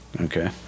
Okay